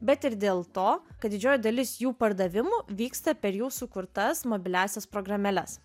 bet ir dėl to kad didžioji dalis jų pardavimų vyksta per jų sukurtas mobiliąsias programėles